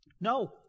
No